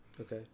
Okay